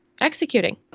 executing